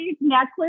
necklace